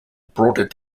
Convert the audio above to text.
broader